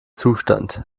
zustand